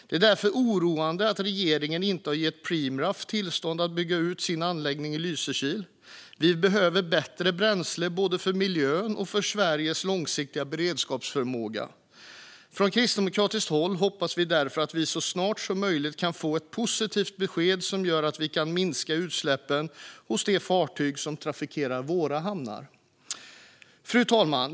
Det är därför oroande att regeringen inte har gett Preemraff tillstånd att bygga ut sin anläggning i Lysekil. Vi behöver bättre bränslen, både för miljön och för Sveriges långsiktiga beredskapsförmåga. Från kristdemokratiskt håll hoppas vi därför att vi så snart som möjligt kan få ett positivt besked som gör att vi kan minska utsläppen från de fartyg som trafikerar våra hamnar. Fru talman!